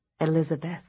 Elizabeth